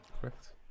Correct